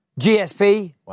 GSP